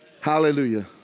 Hallelujah